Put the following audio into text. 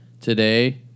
Today